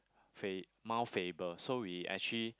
fa~ Mount-Faber so we actually